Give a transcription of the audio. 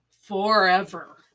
forever